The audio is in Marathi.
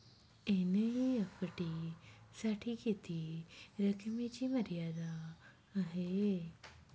एन.ई.एफ.टी साठी किती रकमेची मर्यादा आहे?